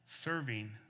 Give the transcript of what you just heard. serving